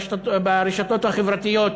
ברשתות החברתיות,